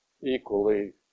equally